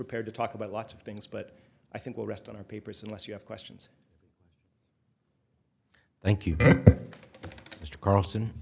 prepared to talk about lots of things but i think will rest on our papers unless you have questions thank you mr carlson